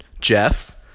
Jeff